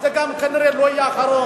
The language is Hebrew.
זה גם כנראה לא יהיה האחרון.